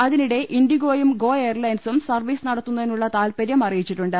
അതിനിടെ ഇൻഡിഗോയും ഗോ എയർലൈൻസും സർവീസ് നടത്തുന്നതിനുള്ള താൽപര്യം അറിയിച്ചിട്ടുണ്ട്